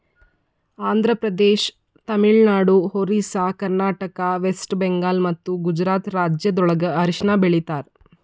Andhra Pradesh, Tamil Nadu, Orissa, Karnataka, West Bengal ಮತ್ತ ಗುಜರಾತ್ ರಾಜ್ಯಗೊಳ್ದಾಗ್ ಅರಿಶಿನ ಬೆಳಿತಾರ್